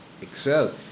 excel